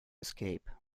escape